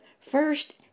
First